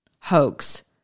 Hoax